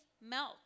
milk